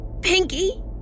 Pinky